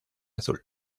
azul